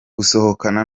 gusohokana